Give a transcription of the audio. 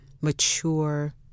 mature